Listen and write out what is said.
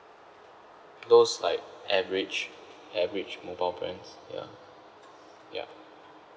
those like average average mobile plans ya ya